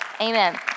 amen